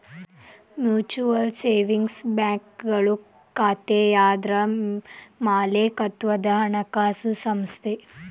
mutual savings ಬ್ಯಾಂಕ್ಗಳು ಖಾತೆದಾರರ್ ಮಾಲೇಕತ್ವದ ಹಣಕಾಸು ಸಂಸ್ಥೆ